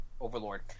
Overlord